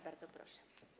Bardzo proszę.